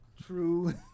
True